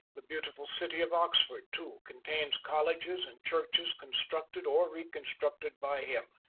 the beautiful city of oxford, too, contains colleges and churches constructed or reconstructed by him.